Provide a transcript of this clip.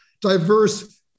diverse